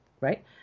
right